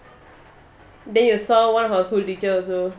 then you saw one of our school teacher also